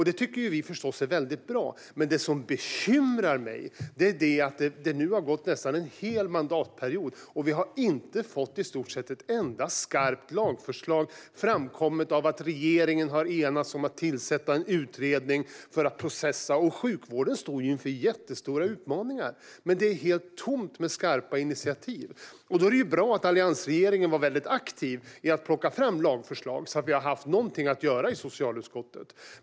Det tycker vi förstås är bra, men det som bekymrar mig är att det nu har gått nästan en hel mandatperiod och vi inte har fått ett enda skarpt lagförslag kommet av att regeringen har enats om att tillsätta en utredning för att processa detta. Sjukvården står inför jättestora utmaningar, men det är helt tomt på skarpa initiativ. Då är det ju bra att alliansregeringen var aktiv i att plocka fram lagförslag så att vi har haft någonting att göra i socialutskottet.